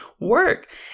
work